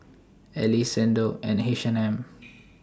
Elle Xndo and H and M